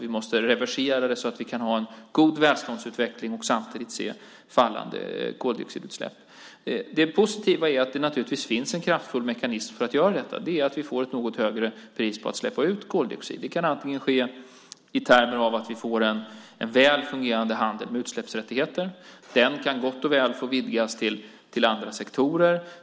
Vi måste också reversera sambandet så att vi kan ha en god välståndsutveckling och samtidigt se fallande koldioxidutsläpp. Det positiva är att det finns en kraftfull mekanism för att göra detta, och det är att vi får ett något högre pris på att släppa ut koldioxid. Det kan ske genom en väl fungerande handel med utsläppsrätter och kan gott och väl få vidgas till andra sektorer.